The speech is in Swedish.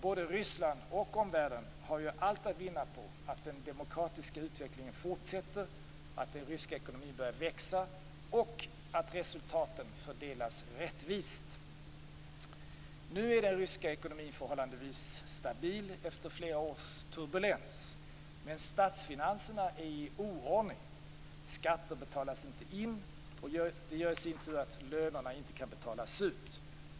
Både Ryssland och omvärlden har allt att vinna på att den demokratiska utvecklingen fortsätter, att den ryska ekonomin börjar växa och att resultaten fördelas rättvist. Nu är den ryska ekonomin förhållandevis stabil, efter flera års turbulens. Men statsfinanserna är i oordning. Skatter betalas inte in, och det gör i sin tur att löner inte kan betalas ut.